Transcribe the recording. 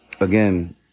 Again